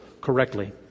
correctly